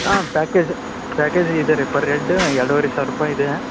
ಹಾಂ package package ಇದೆ ರೀ ಪರ್ ಎಡ್ಡು ಎರಡುವರೆ ಸಾವಿರ ರೂಪಾಯಿ ಇದೆ